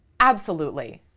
absolutely.